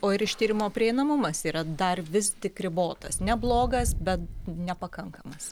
o ir ištyrimo prieinamumas yra dar vis tik ribotas neblogas bet nepakankamas